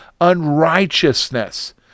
unrighteousness